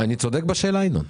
אני צודק בשאלה?